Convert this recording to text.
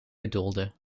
bedoelde